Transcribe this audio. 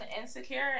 Insecure